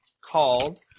called